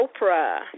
Oprah